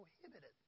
prohibited